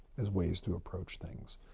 as ways to approach things.